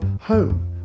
home